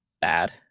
bad